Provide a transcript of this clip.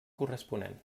corresponent